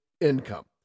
income